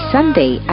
Sunday